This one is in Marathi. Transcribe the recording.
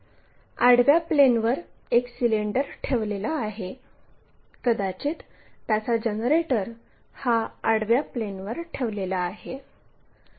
आडव्या प्लेनवर एक सिलेंडर ठेवलेला आहे कदाचित त्याचा जनरेटर हा आडव्या प्लेनवर ठेवलेला आहे